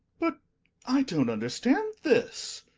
but i don't understand this.